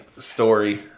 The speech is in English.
story